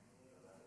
גברתי